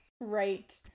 Right